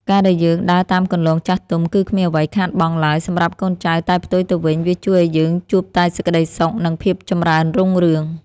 ការដែលយើងដើរតាមគន្លងចាស់ទុំ គឺគ្មានអ្វីខាតបង់ឡើយសម្រាប់កូនចៅតែផ្ទុយទៅវិញវាជួយឱ្យយើងជួបតែសេចក្តីសុខ និងភាពចម្រើនរុងរឿង។